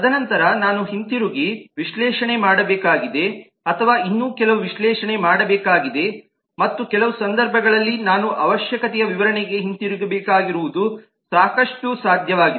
ತದನಂತರ ನಾನು ಹಿಂತಿರುಗಿ ವಿಶ್ಲೇಷಣೆ ಮಾಡಬೇಕಾಗಿದೆ ಅಥವಾ ಇನ್ನೂ ಕೆಲವು ವಿಶ್ಲೇಷಣೆ ಮಾಡಬೇಕಾಗಿದೆ ಮತ್ತು ಕೆಲವು ಸಂದರ್ಭಗಳಲ್ಲಿ ನಾನು ಅವಶ್ಯಕತೆಯ ವಿವರಣೆಗೆ ಹಿಂತಿರುಗಬೇಕಾಗಿರುವುದು ಸಾಕಷ್ಟು ಸಾಧ್ಯವಾಗಿದೆ